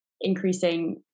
increasing